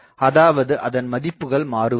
அதாவது அதன் மதிப்புகள் மாறுவதில்லை